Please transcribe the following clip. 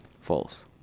False